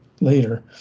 later